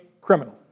criminal